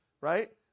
right